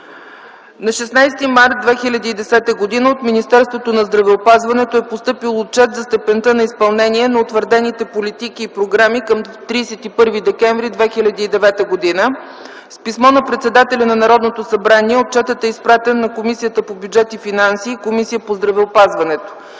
На 16 март 2010 г. от Министерството на здравеопазването е постъпил отчет за степента на изпълнение на утвърдените политики и програми към 31 декември 2009 г. С писмо на председателя на Народното събрание отчетът е изпратен на Комисията по бюджет и финанси и на Комисията по здравеопазването.